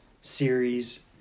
series